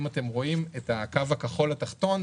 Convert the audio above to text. אם אתם רואים את הקו הכחול התחתון,